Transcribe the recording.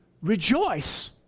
rejoice